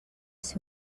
ser